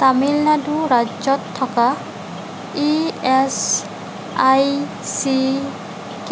তামিলনাডু ৰাজ্যত থকা E S I C